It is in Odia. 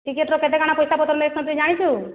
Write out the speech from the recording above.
ଟିକେଟର କେତେ କାଣା ପଇସା ପତ୍ର ନେଉଛନ୍ତି ଜାଣିଛୁ